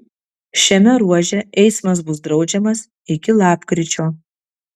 šiame ruože eismas bus draudžiamas iki lapkričio